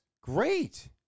great